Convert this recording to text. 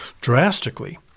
drastically